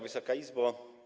Wysoka Izbo!